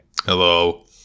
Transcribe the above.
Hello